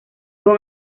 con